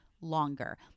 longer